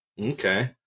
Okay